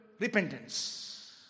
Repentance